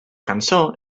cançó